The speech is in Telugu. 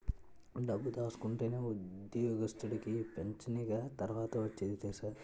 డబ్బు దాసుకుంటేనే ఉద్యోగస్తుడికి పింఛనిగ తర్వాత ఒచ్చేది తెలుసా